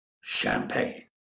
champagne